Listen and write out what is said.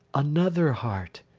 another heart,